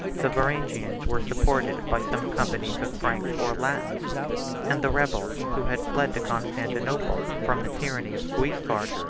the varangians were supported by some companies of franks or latins and the rebels, who had fled to constantinople from the tyranny of guiscard,